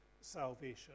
salvation